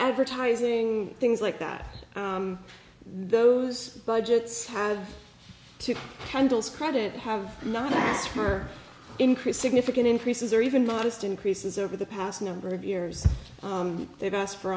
advertising things like that those budgets have to handles credit have not asked for increased significant increases or even modest increases over the past number of years they've asked for